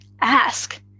ask